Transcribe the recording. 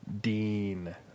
dean